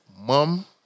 mum